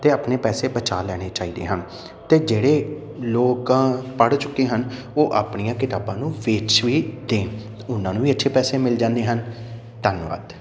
ਅਤੇ ਆਪਣੇ ਪੈਸੇ ਬਚਾ ਲੈਣੇ ਚਾਹੀਦੇ ਹਨ ਅਤੇ ਜਿਹੜੇ ਲੋਕਾਂ ਪੜ੍ਹ ਚੁੱਕੇ ਹਨ ਉਹ ਆਪਣੀਆਂ ਕਿਤਾਬਾਂ ਨੂੰ ਵੇਚ ਵੀ ਦੇਣ ਉਹਨਾਂ ਨੂੰ ਵੀ ਅੱਛੇ ਪੈਸੇ ਮਿਲ ਜਾਂਦੇ ਹਨ ਧੰਨਵਾਦ